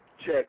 Check